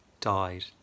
died